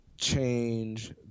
change